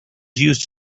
used